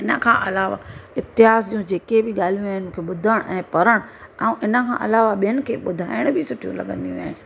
इनखां अलावा इतिहास जूं जेके बि ॻाल्हियूं आहिनि मूंखे ॿुधणु ऐं पढ़णु ऐं इनखां अलावा ॿियनि खे ॿुधाइणु बि सुठियूं लॻंदियूं आहिनि